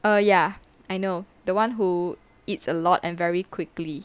oh ya I know the one who eats a lot and very quickly